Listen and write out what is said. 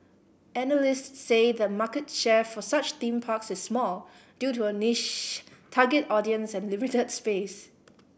analysts say the market share for such theme parks is small due to a niche target audience and limited space